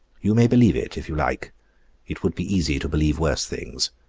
you may believe it, if you like it would be easy to believe worse things.